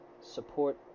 support